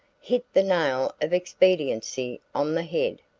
hit the nail of expediency on the head.